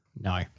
No